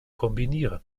kombinieren